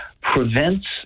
prevents